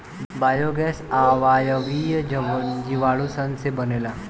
biogas अवायवीय जीवाणु सन से बनेला